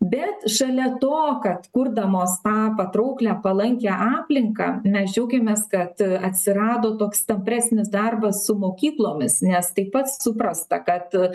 bet šalia to kad kurdamos tą patrauklią palankią aplinką mes džiaugiamės kad atsirado toks tampresnis darbas su mokyklomis nes taip pat suprasta kad